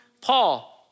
Paul